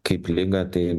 kaip ligą tai